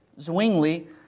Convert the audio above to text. Zwingli